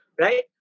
right